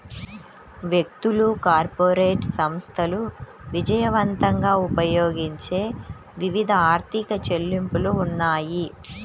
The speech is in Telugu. వ్యక్తులు, కార్పొరేట్ సంస్థలు విజయవంతంగా ఉపయోగించే వివిధ ఆర్థిక చెల్లింపులు ఉన్నాయి